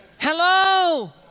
Hello